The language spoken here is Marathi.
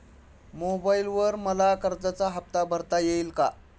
मोबाइलवर मला कर्जाचा हफ्ता भरता येईल का?